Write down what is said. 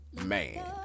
man